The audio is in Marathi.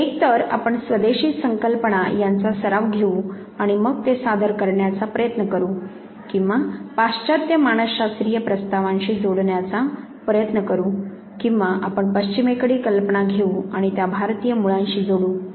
तर एकतर आपण स्वदेशी संकल्पना यांचा सराव घेऊ आणि मग ते सादर करण्याचा प्रयत्न करु किंवा पाश्चात्य मानस शास्त्रीय प्रस्तावांशी जोडण्याचा प्रयत्न करु किंवा आपण पश्चिमेकडील कल्पना घेऊ आणि त्या भारतीय मुळांशी जोडू